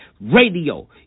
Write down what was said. Radio